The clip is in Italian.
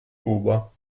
cuba